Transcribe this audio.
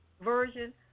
version